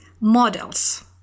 models